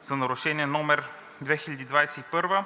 за нарушение №